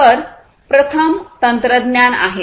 तर प्रथम तंत्रज्ञान आहे